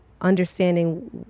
understanding